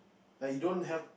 like you don't have